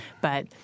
But-